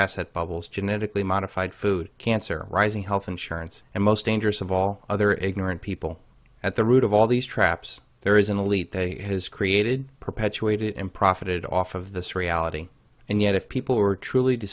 asset bubbles genetically modified food cancer rising health insurance and most dangerous of all other ignorant people at the root of all these traps there is an elite has created perpetuated and profited off of this reality and yet if people were truly to